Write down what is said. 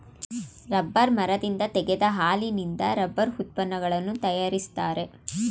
rubber ಮರದಿಂದ ತೆಗೆದ ಹಾಲಿನಿಂದ ರಬ್ಬರ್ ಉತ್ಪನ್ನಗಳನ್ನು ತರಯಾರಿಸ್ತರೆ